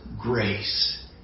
grace